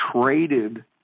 traded